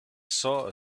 saw